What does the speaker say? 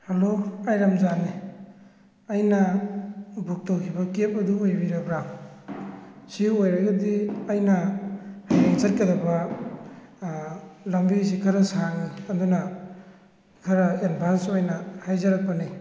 hello ꯑꯩ ꯔꯝꯖꯥꯟꯅꯦ ꯑꯩꯅ ꯕꯨꯛ ꯇꯧꯈꯤꯕ ꯀꯦꯞ ꯑꯗꯨ ꯑꯣꯏꯕꯤꯕ꯭ꯔꯥ ꯁꯤ ꯑꯣꯏꯔꯒꯗꯤ ꯑꯩꯅ ꯍꯌꯦꯡ ꯆꯠꯀꯗꯕ ꯂꯝꯕꯤꯁꯤ ꯈꯔ ꯁꯥꯡꯉꯤ ꯑꯗꯨꯅ ꯈꯔ ꯑꯦꯗꯚꯥꯟꯁ ꯑꯣꯏꯅ ꯍꯥꯏꯖꯔꯛꯄꯅꯦ